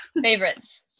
Favorites